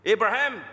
Abraham